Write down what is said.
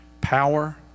power